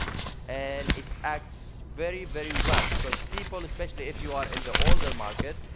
and it acts very, very well. because people, especially if you are in the older market,